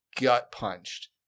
gut-punched